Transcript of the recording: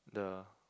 the